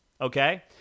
okay